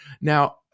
Now